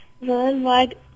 Worldwide